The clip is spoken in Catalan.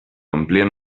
amplien